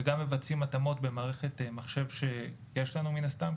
וגם מבצעים התאמות במערכת מחשב שיש לנו מן הסתם,